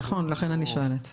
נכון, לכן אני שואלת.